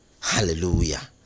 hallelujah